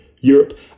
Europe